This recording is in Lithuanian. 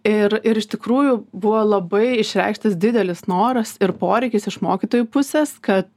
ir ir iš tikrųjų buvo labai išreikštas didelis noras ir poreikis iš mokytojų pusės kad